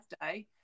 birthday